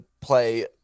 play